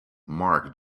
mark